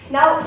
Now